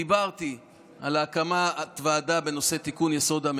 דיברתי על הקמת הוועדה בנושא תיקון חוק-יסוד: